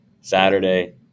Saturday